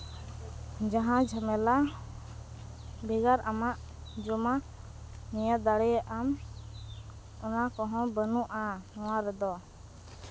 ᱡᱟᱦᱟᱸ ᱡᱷᱟᱢᱮᱞᱟ ᱵᱷᱮᱜᱟᱨ ᱟᱢᱟᱜ ᱡᱚᱢᱟᱜ ᱱᱤᱭᱟᱹ ᱫᱲᱮᱭᱟᱜ ᱟᱢ ᱚᱱᱟ ᱠᱚ ᱦᱚᱸ ᱵᱟᱹᱱᱩᱜᱼᱟ ᱱᱚᱣᱟ ᱨᱮᱫᱚ